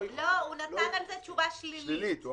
לא, הוא נתן על זה תשובה שלילית.